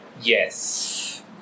Yes